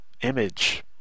Image